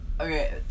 Okay